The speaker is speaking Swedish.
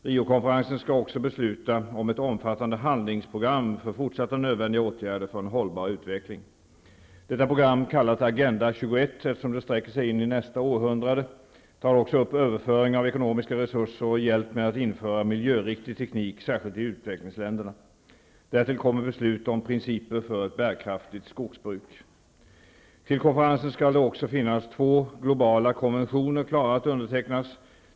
Riokonferensen skall också besluta om ett omfattande handlingsprogram för fortsatta nödvändiga åtgärder för en hållbar utveckling. Detta program, kallat Agenda 21, eftersom det sträcker sig in i nästa århundrade, tar också upp överföring av ekonomiska resurser och hjälp med att inför miljöriktig teknik särskilt i utvecklingsländerna. Därtill kommer beslut om principer för ett bärkraftigt skogsbruk. Till konferensen skall det också finnas två globala konventioner klara att undertecknas.